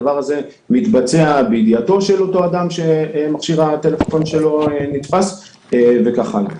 הדבר הזה מתבצע בידיעתו של אותו אדם שמכשיר הטלפון שלו מתפס וכן הלאה.